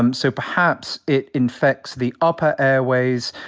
um so perhaps it infects the upper airways,